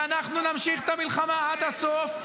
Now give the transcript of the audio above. ואנחנו נמשיך את המלחמה עד הסוף.